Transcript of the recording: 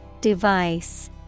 Device